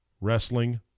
wrestling